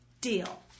Deal